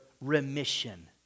remission